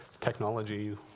technology